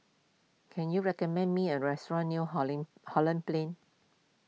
can you recommend me a restaurant near Holing Holland Plain